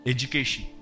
Education